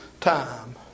time